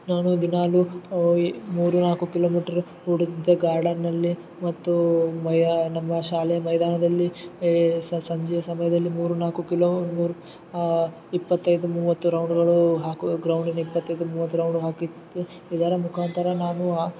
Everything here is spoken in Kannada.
ನಾನು ದಿನಾಲೂ ಈ ಮೂರೂ ನಾಲ್ಕು ಕಿಲೋಮೀಟ್ರ್ ಓಡಿದ್ದೆ ಗಾರ್ಡನಲ್ಲಿ ಮತ್ತೂ ಭಯ ನಮ್ಮ ಶಾಲೆ ಮೈದಾನದಲ್ಲಿ ಎ ಸಂಜೆ ಸಮಯದಲ್ಲಿ ಮೂರು ನಾಲ್ಕು ಕಿಲೋ ಇಪ್ಪತ್ತೈದು ಮೂವತ್ತು ರೌಂಡ್ಗಳೂ ಹಾಕುವ ಗ್ರೌಂಡಿನ ಇಪ್ಪತ್ತೈದು ಮೂವತ್ತು ರೌಂಡ್ ಹಾಕಿ ಇದರ ಮುಖಾಂತರ ನಾನು ಹಾಕಿ